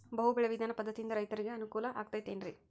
ಬಹು ಬೆಳೆ ವಿಧಾನ ಪದ್ಧತಿಯಿಂದ ರೈತರಿಗೆ ಅನುಕೂಲ ಆಗತೈತೇನ್ರಿ?